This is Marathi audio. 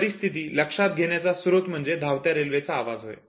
ही परिस्थिती लक्षात येण्याचा स्रोत म्हणजे धावत्या रेल्वेचा आवाज होय